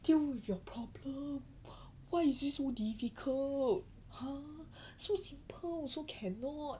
deal with your problem why is it so difficult !huh! so simple also cannot